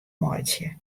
meitsje